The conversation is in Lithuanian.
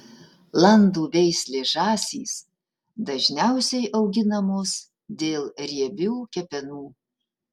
landų veislės žąsys dažniausiai auginamos dėl riebių kepenų